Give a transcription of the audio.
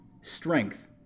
strength